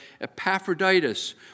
Epaphroditus